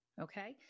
Okay